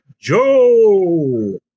Joe